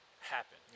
happen